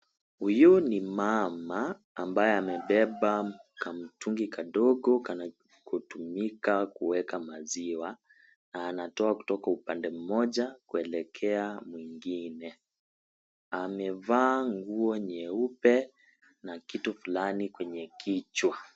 Huyu ni mama ambaye amebeba kamtungi kadogo kanakotumika kuweka maziwa na anatoa kutoka upande mmoja, kuelekea mwingine. Amevaa nguo nyeupe na kitu fulani kwenye kichwa.